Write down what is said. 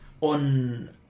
on